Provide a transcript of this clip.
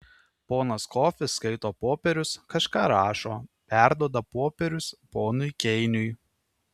ponas kofis skaito popierius kažką rašo perduoda popierius ponui keiniui